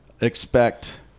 expect